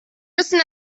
müssen